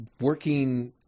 working